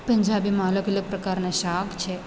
પંજાબીમાં અલગ અલગ પ્રકારના શાક છે